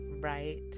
right